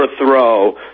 overthrow